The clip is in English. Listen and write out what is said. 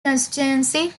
constituency